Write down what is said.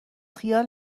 خیال